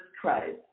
Christ